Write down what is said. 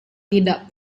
tidak